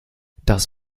das